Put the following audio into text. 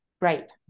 Right